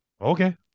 Okay